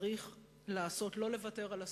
צריך לעשות, לא לוותר על הזכות,